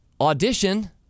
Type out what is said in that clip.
Audition